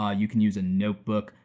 ah you can use a notebook,